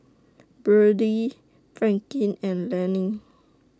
Byrdie Franklyn and Lani